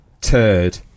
turd